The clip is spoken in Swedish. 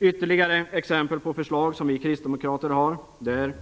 Ytterligare exempel på förslag som vi kristdemokrater har är: ?